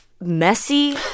messy